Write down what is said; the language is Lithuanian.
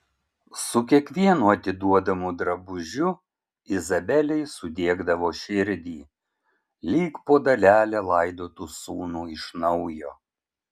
su kiekvienu atiduodamu drabužiu izabelei sudiegdavo širdį lyg po dalelę laidotų sūnų iš naujo